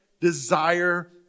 desire